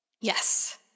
yes